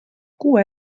kuue